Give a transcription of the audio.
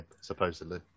supposedly